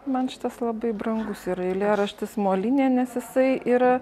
man šitas labai brangus yra eilėraštis molinė nes jisai yra